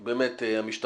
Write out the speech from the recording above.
אמרתי לכם לא להתעסק